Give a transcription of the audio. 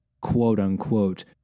quote-unquote